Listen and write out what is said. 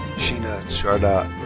sheena shardaa